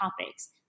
topics